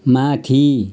माथि